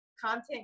content